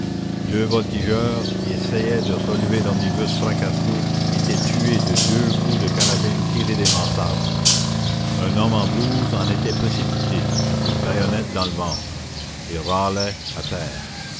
deux voltigeurs qui essayaient de relever l'omnibus fracassé étaient tués de deux coups de carabine tirés des mansardes un homme en blouse en était précipité un coup de bayonnette dans le ventre et râlait à terre